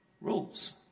rules